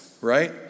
right